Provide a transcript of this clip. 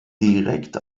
direkt